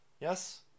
Yes